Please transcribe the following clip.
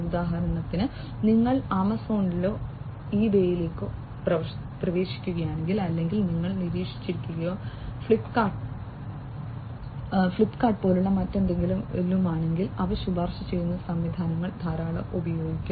ഉദാഹരണത്തിന് നിങ്ങൾ ആമസോണിലേക്കോ ഇബേയിലേക്കോ പ്രവേശിക്കുകയാണെങ്കിൽ അല്ലെങ്കിൽ നിങ്ങൾ നിരീക്ഷിച്ചിരിക്കുകയോ ഫ്ലിപ്പ്കാർട്ടിനെപ്പോലുള്ള മറ്റെന്തെങ്കിലുമോ ആണെങ്കിൽ അവർ ശുപാർശ ചെയ്യുന്ന സംവിധാനങ്ങൾ ധാരാളം ഉപയോഗിക്കുന്നു